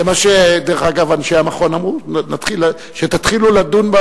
דרך אגב, זה מה שאנשי המכון אמרו: תתחילו לדון.